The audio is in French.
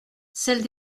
celle